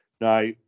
Now